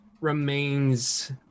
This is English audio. remains